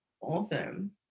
Awesome